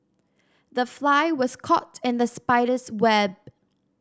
the fly was caught in the spider's web